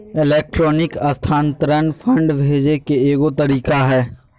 electronic स्थानान्तरण fund भेजे के एगो तरीका हइ